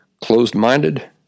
closed-minded